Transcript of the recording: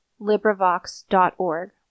Librivox.org